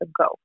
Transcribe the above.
go